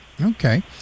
Okay